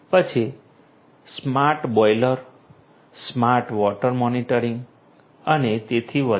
પછી smart boiler smart water monitoring અને તેથી વધુ